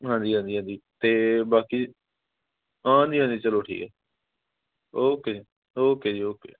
ਹਾਂਜੀ ਹਾਂਜੀ ਹਾਂਜੀ ਅਤੇ ਬਾਕੀ ਹਾਂਜੀ ਹਾਂਜੀ ਚਲੋ ਠੀਕ ਹੈ ਓਕੇ ਜੀ ਓਕੇ ਜੀ ਓਕੇ